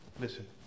Listen